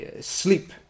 sleep